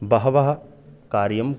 बहवः कार्यम्